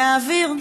מהאוויר,